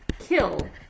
kill